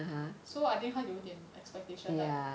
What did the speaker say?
so I think 他有点 expectation like